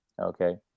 okay